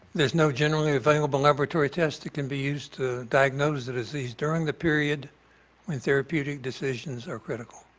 there's no generally available laboratory test that can be used to diagnose the disease during the period when therapeutic decisions are critical.